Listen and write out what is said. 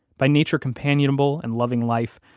by nature, companionable and loving life,